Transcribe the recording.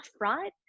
right